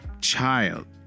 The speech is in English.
child